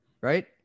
right